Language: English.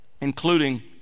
including